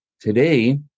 Today